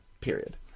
Period